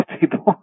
people